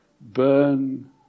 Burn